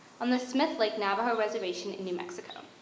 on the smith lake navajo reservation in new mexico.